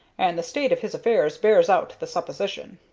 and the state of his affairs bears out the supposition.